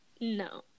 No